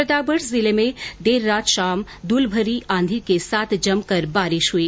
प्रतापगढ जिले में देर शाम धूलभरी आंधी के साथ जमकर बारिश हुई